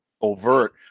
overt